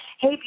Hey